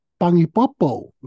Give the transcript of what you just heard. pangipopo